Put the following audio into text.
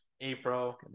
April